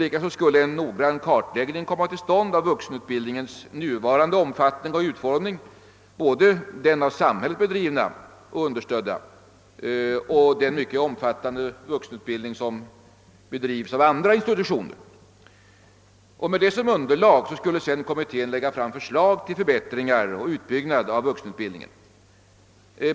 Likaså borde en noggrann kartläggning komma till stånd av vuxenutbildningens nuvarande omfattning och utformning, såväl den av samhället bedrivna och understödda som den mycket omfattande vuxenutbildning som bedrivs av andra institutioner. Med detta som underlag skulle sedan kommittén lägga fram förslag till förbättringar och utbyggnad av vuxenutbildningen.